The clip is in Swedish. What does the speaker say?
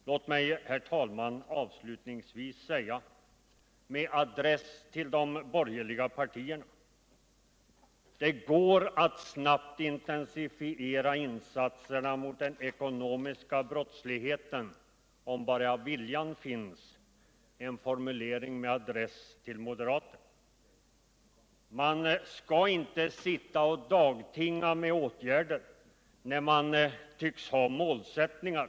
Låt mig, herr talman, avslutningsvis säga, med adress till de borgerliga partierna: Det går att snabbt intensifiera insatserna mot den ekonomiska brottsligheten, om bara viljan finns! — en formulering med adress till moderaterna. Man skall inte sitta och dagtinga med åtgärder, när man tycks ha målsättningar!